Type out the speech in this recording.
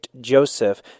Joseph